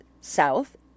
South